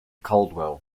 caldwell